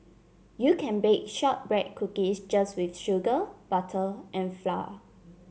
you can bake shortbread cookies just with sugar butter and flour